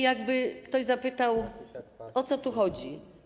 Jakby ktoś zapytał: O co tu chodzi?